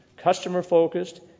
customer-focused